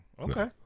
Okay